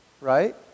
Right